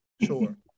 sure